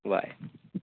bye